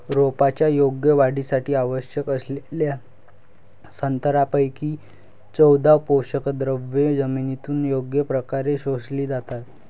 रोपांच्या योग्य वाढीसाठी आवश्यक असलेल्या सतरापैकी चौदा पोषकद्रव्ये जमिनीतून योग्य प्रकारे शोषली जातात